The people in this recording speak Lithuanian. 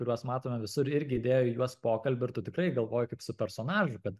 kuriuos matome visur irgi įdėjo į juos pokalbių ir tu tikrai galvoji kaip su personažu kad